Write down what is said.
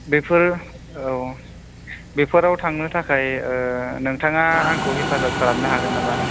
बेफोर औ बेफोराव थांनो थाखाय नोंथाङा आंखौ हेफाजाब खालामनो हागोन नामा